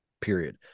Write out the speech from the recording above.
period